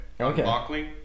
Okay